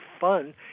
fun